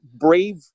brave